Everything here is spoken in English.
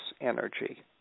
energy